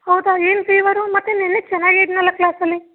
ಹೌದಾ ಏನು ಫೀವರು ಮತ್ತೆ ನೆನ್ನೆ ಚೆನ್ನಾಗೇ ಇದ್ದನಲ್ಲ ಕ್ಲಾಸಲ್ಲಿ